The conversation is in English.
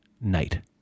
night